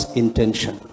intention